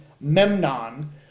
memnon